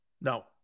No